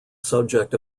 subject